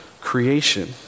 creation